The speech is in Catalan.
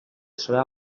serà